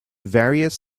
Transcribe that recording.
various